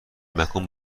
مکان